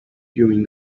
during